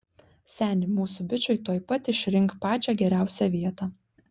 seni mūsų bičui tuoj pat išrink pačią geriausią vietą